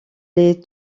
les